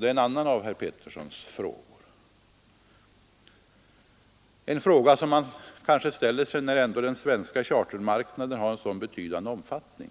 Det är en annan av herr Peterssons frågor, och det är väl också en fråga som man gärna ställer sig eftersom den svenska chartermarknaden är av så betydande omfattning